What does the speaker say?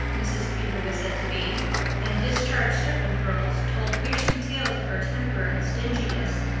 mrs. peter was said to be and discharged servant girls told fearsome tales of her temper and stinginess,